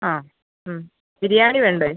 ആ ബിരിയാണി വേണ്ടേ